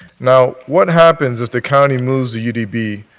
now what happens if the county moves the u d b.